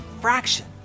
fraction